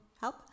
help